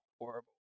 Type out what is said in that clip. horrible